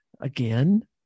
again